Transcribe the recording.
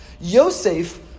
Yosef